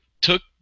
took